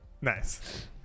Nice